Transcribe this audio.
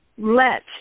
let